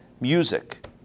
Music